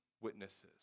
witnesses